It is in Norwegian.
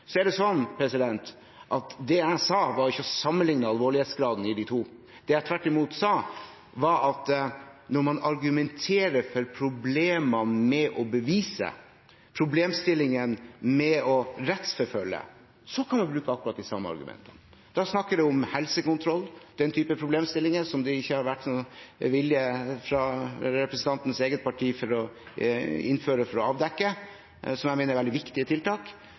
det jeg gjorde, var jo ikke å sammenligne alvorlighetsgraden i de to. Det jeg tvert imot sa, var at når man argumenterer for problemene med å bevise, problemstillingen med å rettsforfølge, så kan man bruke akkurat de samme argumentene. Da snakker en om helsekontroll – den type problemstillinger, som det ikke har vært noen vilje fra representantens eget parti til å innføre – for å avdekke, som jeg mener er et veldig viktig tiltak.